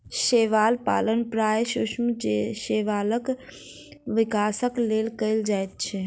शैवाल पालन प्रायः सूक्ष्म शैवालक विकासक लेल कयल जाइत अछि